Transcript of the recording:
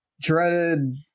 dreaded